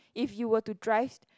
if you were to drive